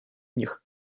них